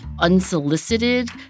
unsolicited